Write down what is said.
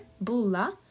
bulla